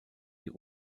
die